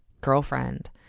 girlfriend